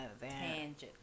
Tangent